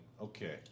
okay